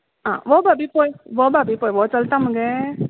आं हो भाभी पळय हो भाभी पळय हो चलता मगे